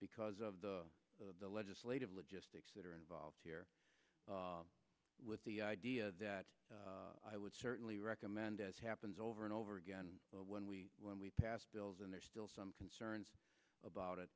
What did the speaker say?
because of the of the legislative logistics that are involved here with the idea that i would certainly recommend as happens over and over again when we when we pass bills and there are still some concerns about it